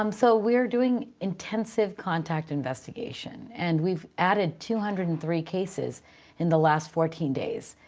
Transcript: um so we're doing intensive contact investigation, and we've added two hundred and three cases in the last fourteen days.